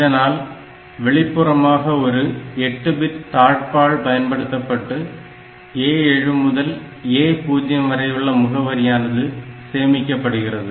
இதனால் வெளிப்புறமாக ஒரு 8 பிட் தாழ்ப்பாள் பயன்படுத்தப்பட்டு A7 முதல் A0 வரையுள்ள முகவரியானது சேமிக்கப்படுகிறது